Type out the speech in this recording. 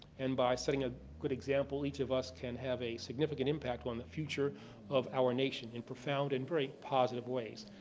and by setting a good example, each of us can have a significant impact on the future of our nation in profound and very positive ways.